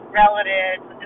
relatives